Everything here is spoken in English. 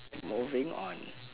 moving on